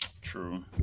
true